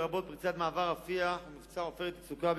לרבות פריצת מעבר רפיח ומבצע "עופרת יצוקה",